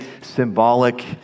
symbolic